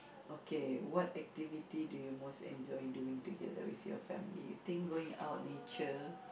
okay what activity do you most enjoy doing together with your family eating going out nature